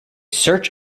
search